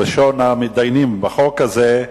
ראשון המתדיינים בחוק הזה,